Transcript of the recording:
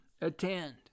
attend